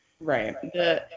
Right